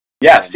Yes